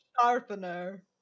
sharpener